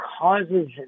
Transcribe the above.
causes